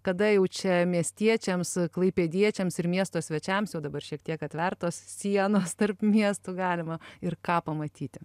kada jau čia miestiečiams klaipėdiečiams ir miesto svečiams jau dabar šiek tiek atvertos sienos tarp miestų galima ir ką pamatyti